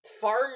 farm